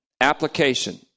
Application